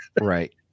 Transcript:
Right